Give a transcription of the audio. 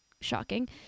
shocking